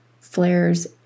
flares